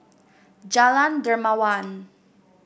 Jalan Dermawan